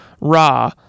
Raw